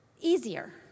easier